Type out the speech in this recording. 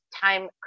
time